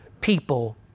people